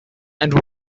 and